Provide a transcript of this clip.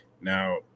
Now